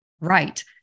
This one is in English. right